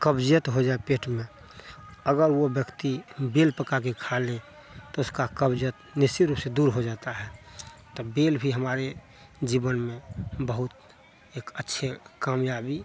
कब्ज़ियत हो जाए पेट में अगर वह व्यक्ति बेल पकाकर खा ले तो उसकी कब्ज़ियत निश्चित रूप से दूर हो जाती है तब बेल भी हमारे जीवन में बहुत एक अच्छी कामयाबी